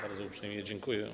Bardzo uprzejmie dziękuję.